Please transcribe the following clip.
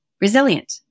resilient